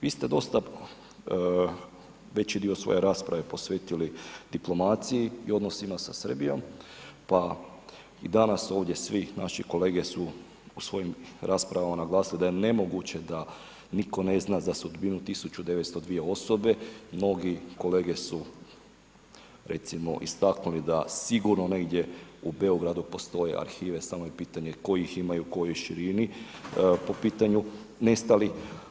Vi ste dosta veći dio svoje rasprave posvetili diplomaciji i odnosima sa Srbijom pa i danas ovdje svi naši kolege su svojim raspravama naglasili da je nemoguće da nitko ne zna za sudbinu 1902 osobe, mnogi kolege su recimo istaknuli da sigurno negdje u Beogradu postoje arhive samo je pitanje tko ih ima i u kojoj širini po putanju nestalih.